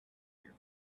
your